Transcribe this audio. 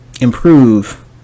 improve